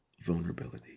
vulnerability